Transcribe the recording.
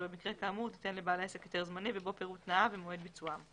ובמקרה כאמור תיתן לבעל העסק היתר זמני ובו פירוט תנאיו ומועד ביצועם".